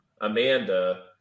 Amanda